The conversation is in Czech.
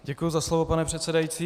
Děkuji za slovo, pane předsedající.